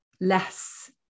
less